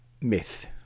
myth